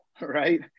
Right